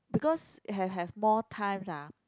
because have have more times ah